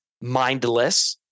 mindless